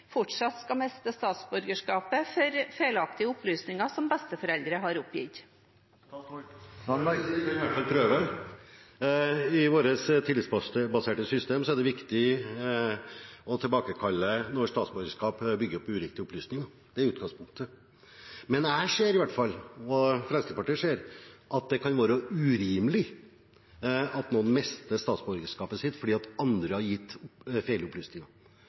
fortsatt skal miste statsborgerskapet på grunn av feilaktige opplysninger som besteforeldre har oppgitt? Jeg kan i hvert fall prøve. I vårt tillitsbaserte system er det viktig å tilbakekalle statsborgerskap når det bygger på uriktige opplysninger. Det er utgangspunktet. Men jeg og Fremskrittspartiet ser i hvert fall at det kan være urimelig at noen mister statsborgerskapet sitt fordi andre har gitt